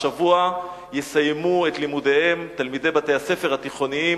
השבוע יסיימו את לימודיהם תלמידי בתי-הספר התיכוניים,